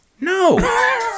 No